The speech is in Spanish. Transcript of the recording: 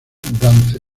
dance